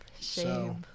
Shame